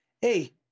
hey